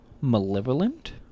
malevolent